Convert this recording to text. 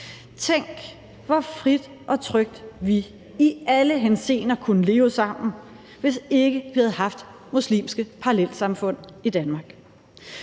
Tænk, hvor frit og trygt vi i alle henseender kunne leve sammen, hvis ikke vi havde haft muslimske parallelsamfund i Danmark.